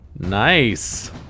nice